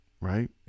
Right